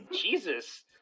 Jesus